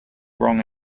wrong